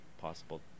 possible